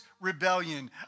rebellion